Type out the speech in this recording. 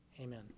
Amen